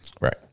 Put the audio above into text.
Right